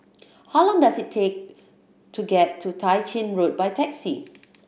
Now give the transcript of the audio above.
how long does it take to get to Tah Ching Road by taxi